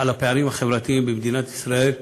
על הפערים החברתיים במדינת ישראל,